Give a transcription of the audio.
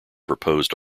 proposed